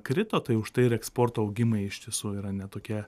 krito tai užtai ir eksporto augimai iš tiesų yra ne tokie